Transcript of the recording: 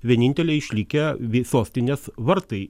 vieninteliai išlikę sostinės vartai